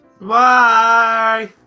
Bye